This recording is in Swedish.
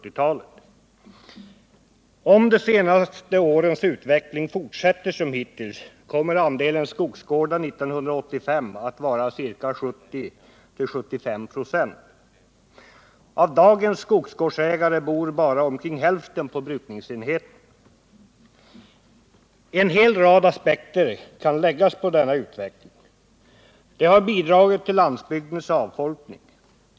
Om de senaste årens utveckling fortsätter på samma sätt som hittills, kommer andelen skogsgårdar 1985 att vara 70-75 96. Av dagens skogsgårdsägare bor bara omkring hälften på brukningsenheten. En hel rad aspekter kan läggas på denna utveckling. Den har bidragit till landsbygdens avfolkning.